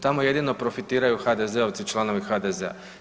Tamo jedino profitiraju HDZ-ovci, članovi HDZ-a.